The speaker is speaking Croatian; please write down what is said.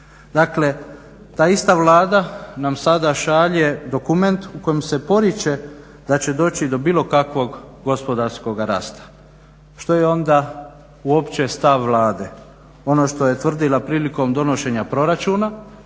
Dakle, ta ista Vlada nam sada šalje dokument u kojem se poriče da će doći do bilo kakvog gospodarskoga rasta što je onda uopće stav Vlade? Ono što je tvrdila prilikom donošenja proračuna